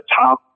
top